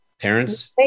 parents